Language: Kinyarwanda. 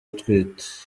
utwite